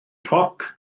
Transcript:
toc